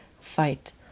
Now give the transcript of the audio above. fight